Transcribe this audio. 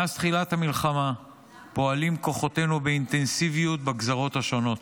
מאז תחילת המלחמה פועלים כוחותינו באינטנסיביות בגזרות השונות.